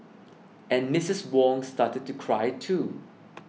and Misses Wong started to cry too